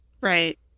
Right